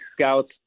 scouts